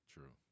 True